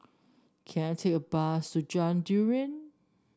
can I take a bus to Jalan Durian